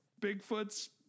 Bigfoot's